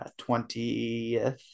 20th